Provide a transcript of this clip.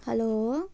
hello